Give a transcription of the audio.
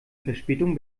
verspätung